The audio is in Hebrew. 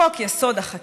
חוק-יסוד: החקיקה,